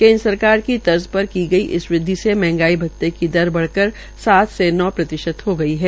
केन्द्र सरकार की तर्ज पर की गई इस वृदवि से मंहगाई भत्ते की दर बढ़कर सात से नौ प्रतिशत हो गई है